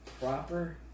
proper